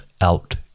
out